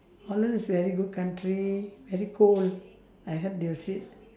holland is very good country very cold I heard they said